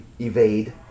evade